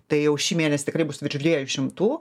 tai jau šį mėnesį tikrai bus virš dviejų šimtų